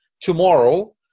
tomorrow